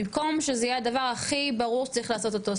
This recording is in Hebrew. במקום שזה יהיה הדבר הכי ברור שצריך לעשות אותו,